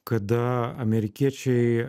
kada amerikiečiai